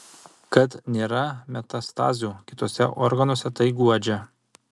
kad nėra metastazių kituose organuose tai guodžia